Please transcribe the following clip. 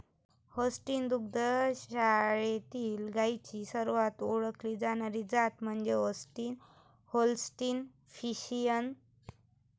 Holstein दुग्ध शाळेतील गायींची सर्वात ओळखली जाणारी जात म्हणजे होल्स्टीन होल्स्टीन फ्रिशियन